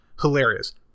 hilarious